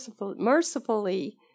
mercifully